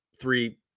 three